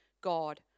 God